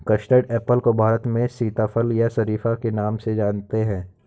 custard apple को भारत में सीताफल या शरीफा के नाम से जानते हैं